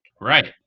Right